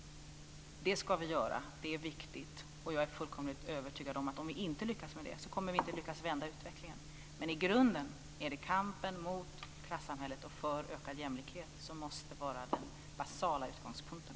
Det ska vi göra, det är viktigt, och jag är fullkomligt övertygad om att om vi inte lyckas med det kommer vi inte lyckas vända utvecklingen. Men i grunden är det kampen mot klassamhället och för en ökad jämlikhet som måste vara den basala utgångspunkten.